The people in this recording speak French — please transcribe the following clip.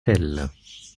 elles